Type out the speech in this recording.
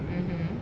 mmhmm